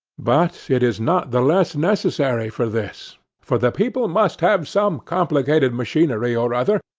but it is not the less necessary for this for the people must have some complicated machinery or other,